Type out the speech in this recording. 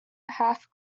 half